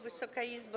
Wysoka Izbo!